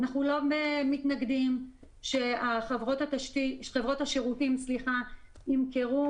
אנחנו לא מתנגדים שחברות השירותים ימכרו